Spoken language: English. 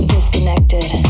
Disconnected